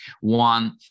One